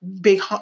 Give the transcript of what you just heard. big